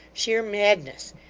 sheer madness.